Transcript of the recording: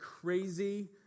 crazy